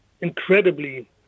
incredibly